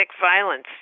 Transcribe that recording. violence